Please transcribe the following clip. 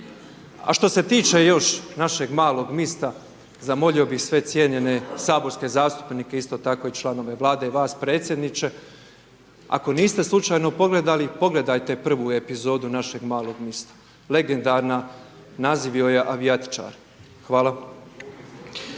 A što se tiče još Našeg malog mista, zamolio bi sve cijenjene saborske zastupnike isto tako i članove Vlade i vas predsjedniče, ako niste slučajno pogledali, pogledajte prvu epizodu Našeg malog mista, legendarna naziv joj je avijatičar. Hvala.